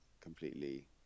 completely